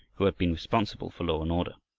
who had been responsible for law and order.